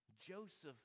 joseph